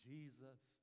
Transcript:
Jesus